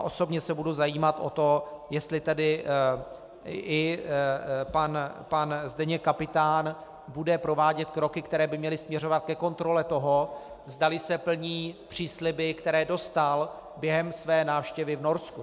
Osobně se budu zajímat o to, jestli tedy i pan Zdeněk Kapitán bude provádět kroky, které by měly směřovat ke kontrole toho, zdali se plní přísliby, které dostal během své návštěvy v Norsku.